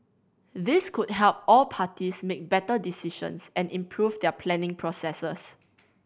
this could help all parties make better decisions and improve their planning processes